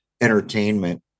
entertainment